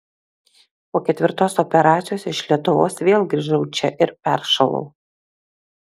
po ketvirtos operacijos iš lietuvos vėl grįžau čia ir peršalau